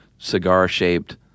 cigar-shaped